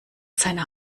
seiner